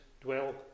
dwell